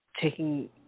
taking